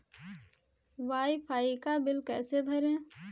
Wi fi का bill कैसे भरें?